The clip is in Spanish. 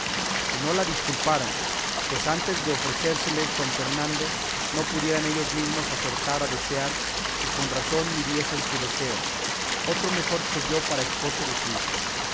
que no la disculparan pues antes de ofrecérseles don fernando no pudieran ellos mesmos acertar a desear si con razón midiesen su deseo otro mejor que yo para esposo de su hija